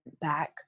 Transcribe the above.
back